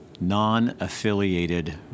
non-affiliated